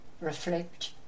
reflect